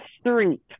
street